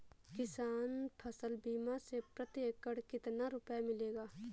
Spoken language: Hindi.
किसान फसल बीमा से प्रति एकड़ कितना रुपया मिलेगा?